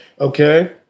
okay